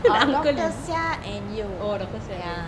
doctor siah and